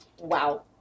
Wow